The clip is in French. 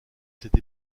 cette